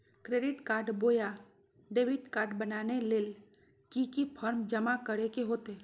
Credit card बोया debit card बनाने ले की की फॉर्म जमा करे होते?